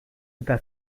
eta